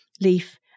leaf